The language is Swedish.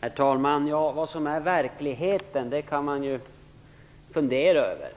Herr talman! Vad som är verkligheten kan man fundera över.